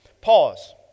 Pause